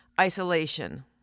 isolation